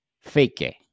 Fake